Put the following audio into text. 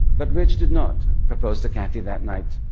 but rich did not propose to kathy that night.